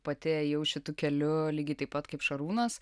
pati ėjau šitu keliu lygiai taip pat kaip šarūnas